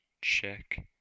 check